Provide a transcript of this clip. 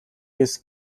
his